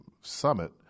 Summit